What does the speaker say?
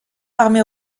armée